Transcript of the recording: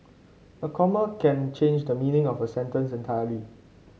a comma can change the meaning of a sentence entirely